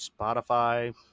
Spotify